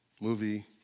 movie